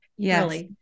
Yes